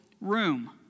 room